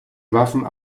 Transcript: waffen